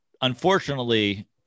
Unfortunately